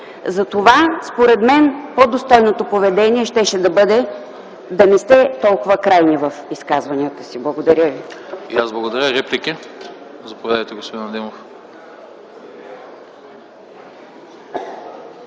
плаща, според мен по-достойното поведение щеше да бъде да не сте толкова крайни в изказванията си. Благодаря ви.